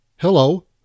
Hello